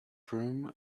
broom